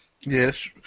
Yes